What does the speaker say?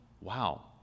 wow